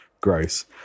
Gross